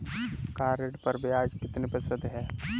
Car ऋण पर ब्याज कितने प्रतिशत है?